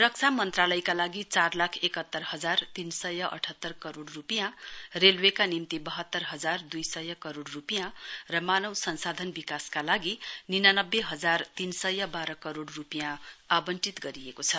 रक्षा मन्त्रालयका लागि चार लाख एकात्तर हजार तीन सय अठात्तर करोड रूपियाँ रेल्वेका निम्ति बहत्तर हजार दुई सय करोड रूपियाँ र मानव संसाधन विकासका लागि निनानब्बे हजार तीन सय बाह्र करोड रूपियाँ आवंटित गरिएको छ